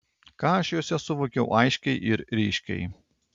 ką aš juose suvokiau aiškiai ir ryškiai